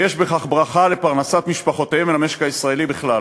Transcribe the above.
ויש בכך ברכה לפרנסת משפחותיהם ולמשק הישראלי בכלל.